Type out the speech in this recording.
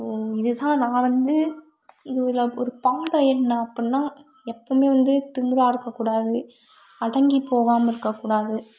so இதுதான் நான் வந்து இதில் ஒரு பாடம் என்ன அப்படின்னா எப்பவுமே வந்து திமுராக இருக்கக்கூடாது அடங்கி போகாமல் இருக்கக்கூடாது